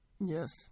Yes